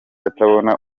atabona